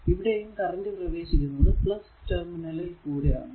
ഇവിടെയും കറന്റ്പ്രവേശിക്കുന്നത് ടെർമിനലിൽ കൂടെ ആണ്